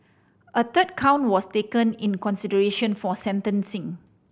a third count was taken in consideration for sentencing